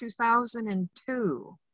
2002